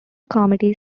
committee